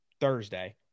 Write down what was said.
Thursday